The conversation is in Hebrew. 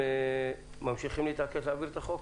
אתם ממשיכים להתעקש להעביר את החוק?